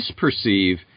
misperceive